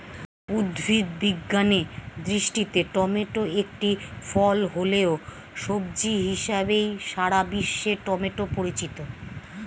উদ্ভিদ বিজ্ঞানের দৃষ্টিতে টমেটো একটি ফল হলেও, সবজি হিসেবেই সারা বিশ্বে টমেটো পরিচিত